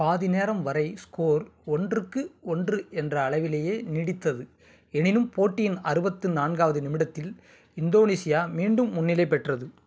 பாதி நேரம் வரை ஸ்கோர் ஒன்றுக்கு ஒன்று என்ற அளவிலேயே நீடித்தது எனினும் போட்டியின் அறுபத்தி நான்காவது நிமிடத்தில் இந்தோனேசியா மீண்டும் முன்னிலை பெற்றது